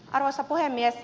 arvoisa puhemies